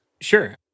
Sure